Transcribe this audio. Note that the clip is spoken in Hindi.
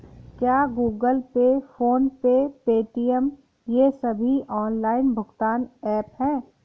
क्या Google Pay PhonePe Paytm ये सभी ऑनलाइन भुगतान ऐप हैं?